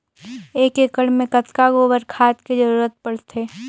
एक एकड़ मे कतका गोबर खाद के जरूरत पड़थे?